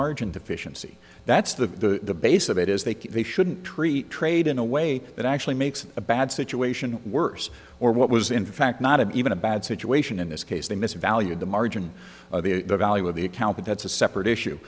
margin deficiency that's the base of it is they shouldn't treat trade in a way that actually makes a bad situation worse or what was in fact not even a bad situation in this case they miss valued the margin of the value of the account but that's a separate issue